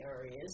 areas